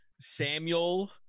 Samuel